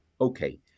Okay